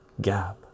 Gap